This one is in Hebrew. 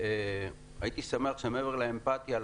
הייתי שמח שמעבר לאמפתיה,